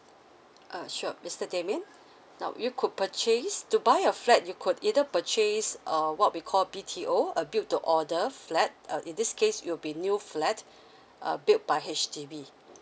uh sure mister demian now you could purchase to buy a flat you could either purchase a what we call B_T_O a build to order flat uh in this case it'll be new flat uh build by H_D_B